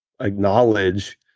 acknowledge